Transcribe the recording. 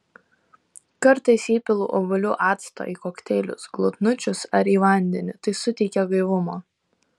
kartais įpilu obuolių acto į kokteilius glotnučius ar į vandenį tai suteikia gaivumo